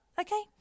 Okay